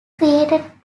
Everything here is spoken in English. created